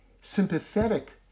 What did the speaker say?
sympathetic